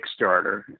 Kickstarter